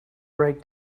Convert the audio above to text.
write